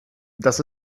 das